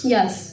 Yes